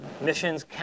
missions